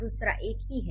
दूसरा "एक" ही है